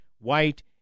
white